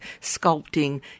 sculpting